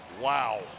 Wow